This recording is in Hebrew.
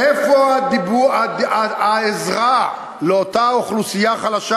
איפה העזרה לאותה אוכלוסייה חלשה?